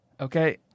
Okay